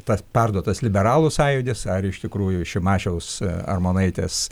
tas perduotas liberalų sąjūdis ar iš tikrųjų šimašiaus armonaitės